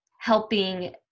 helping